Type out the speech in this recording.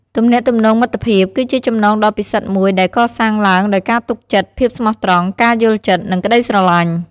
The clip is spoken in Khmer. ទំនាក់ទំនងមិត្តភាព គឺជាចំណងដ៏ពិសិដ្ឋមួយដែលកសាងឡើងដោយការទុកចិត្ត ភាពស្មោះត្រង់ ការយល់ចិត្ត និងក្តីស្រឡាញ់។